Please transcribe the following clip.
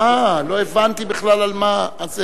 אה, לא הבנתי בכלל על מה, לא,